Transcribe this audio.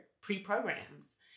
pre-programs